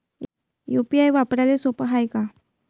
UPI वापराले सोप हाय का?